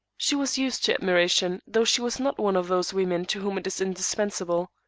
she was used to admiration, though she was not one of those women to whom it is indispensable.